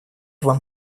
вам